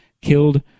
killed